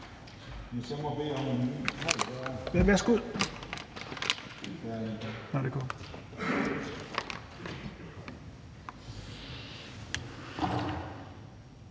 Værsgo.